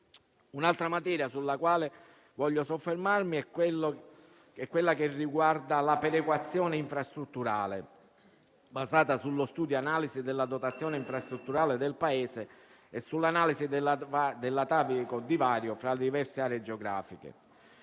Un'altra materia sulla quale voglio soffermarmi riguarda la perequazione infrastrutturale, basata sullo studio e sull'analisi della dotazione infrastrutturale del Paese e sull'analisi dell'atavico divario fra le diverse aree geografiche.